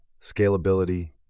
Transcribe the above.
scalability